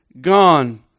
gone